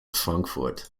frankfurt